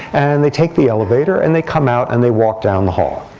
and they take the elevator. and they come out. and they walk down the hall.